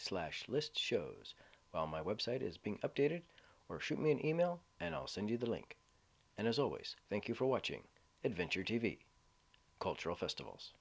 slash list shows well my website is being updated or shoot me an email and i'll send you the link and as always thank you for watching adventure t v cultural festivals